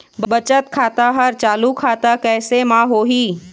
बचत खाता हर चालू खाता कैसे म होही?